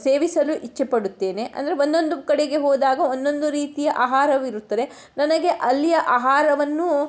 ಸೇವಿಸಲು ಇಚ್ಛೆ ಪಡುತ್ತೇನೆ ಅಂದರೆ ಒಂದೊಂದು ಕಡೆಗೆ ಹೋದಾಗ ಒಂದೊಂದು ರೀತಿಯ ಆಹಾರವಿರುತ್ತದೆ ನನಗೆ ಅಲ್ಲಿಯ ಆಹಾರವನ್ನು